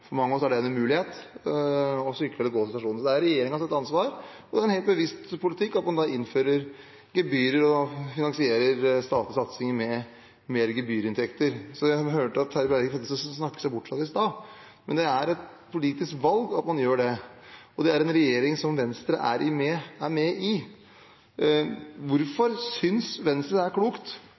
For mange av oss er det en umulighet å sykle eller gå til stasjonen. Det er regjeringens ansvar, og det er en helt bevisst politikk at man da innfører gebyrer og finansierer statlige satsinger med mer gebyrinntekter. Jeg hørte at Terje Breivik prøvde å snakke seg bort fra det i stad, men det er et politisk valg at man gjør det, og det er en regjering som Venstre er med i. Hvorfor synes Venstre det er klokt